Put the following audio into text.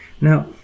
Now